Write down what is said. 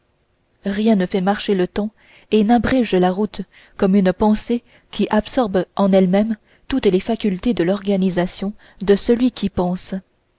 rien ne fait marcher le temps et n'abrège la route comme une pensée qui absorbe en elle-même toutes les facultés de l'organisation de celui qui pense